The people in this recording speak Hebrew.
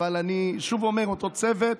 אבל אני שוב אומר: אותו צוות,